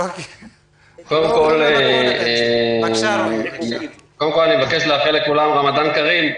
קודם כל אני מבקש לאחל לכולם רמדאן כרים.